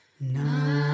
No